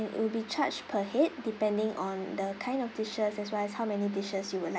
it'll be charged per head depending on the kind of dishes as well as how many dishes you would like